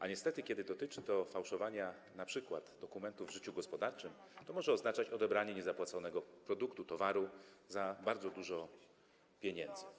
A niestety, kiedy dotyczy to fałszowania np. dokumentów w życiu gospodarczym, to może to oznaczać odebranie niezapłaconego produktu, towaru za bardzo dużo pieniędzy.